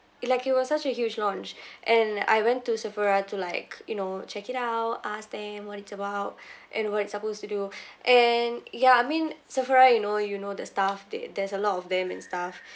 it like it was such a huge launch and I went to sephora to like you know check it out ask them what it's about and what it supposed to do and ya I mean sephora you know you know the staff they there's a lot of them and stuff